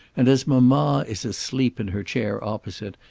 and as mamma is asleep in her chair opposite,